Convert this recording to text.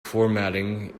formatting